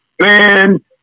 man